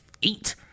eat